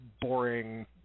boring